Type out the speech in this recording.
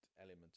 element